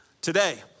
Today